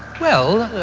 well,